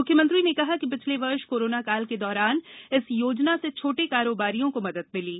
मुख्यमंत्री ने कहा कि पिछले वर्ष कोरोना काल के दौरान इस योजना से छोटे कारोबारियों को मदद मिली है